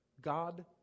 God